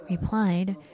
replied